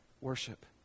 worship